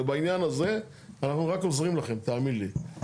ובעניין הזה, אנחנו רק עוזרים לכם, תאמין לי.